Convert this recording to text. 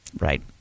right